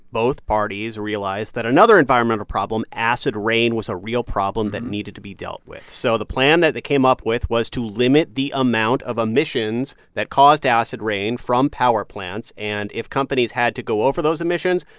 both parties realized that another environmental problem, acid rain, was a real problem that needed to be dealt with. so the plan that they came up with was to limit the amount of emissions that caused acid rain from power plants. and if companies had to go over those emissions,